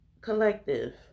Collective